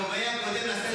חבר הכנסת טיבי,